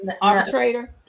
arbitrator